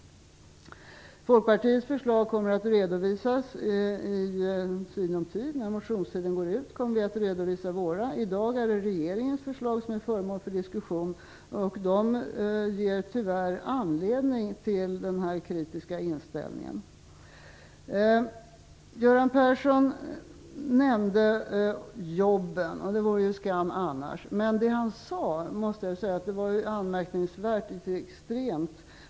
Folkpartiets förslag kommer att redovisas i sinom tid, innan motionstiden går ut. I dag är det regeringens förslag som är föremål för diskussion, och de ger tyvärr anledning till denna kritiska inställning. Göran Persson nämnde jobben, och det vore skam annars, men det som han sade var anmärkningsvärt och extremt.